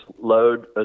load